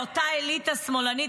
אותה אליטה שמאלנית,